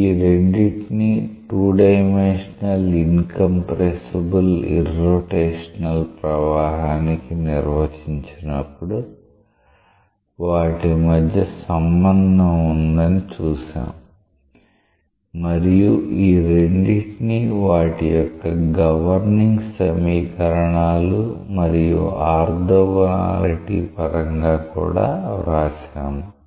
ఈ రెండిటిని 2 dimensional incompressible irrotational ప్రవాహానికి నిర్వచించినప్పుడు వాటి మధ్య సంబంధం ఉందని చూసాం మరియు ఈ రెండిటిని వాటియొక్క గవర్నింగ్ సమీకరణాలు మరియు ఆర్థోగొనాలిటీ పరంగా కూడా వ్రాశాము